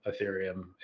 Ethereum